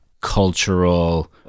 cultural